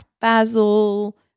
basil